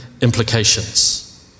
implications